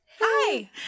Hi